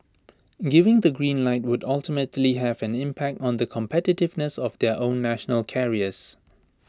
giving the green light would ultimately have an impact on the competitiveness of their own national carriers